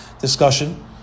discussion